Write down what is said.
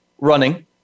running